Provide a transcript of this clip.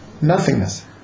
Nothingness